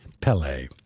Pele